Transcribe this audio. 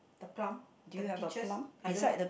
the plum the peaches I don't had